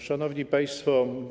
Szanowni Państwo!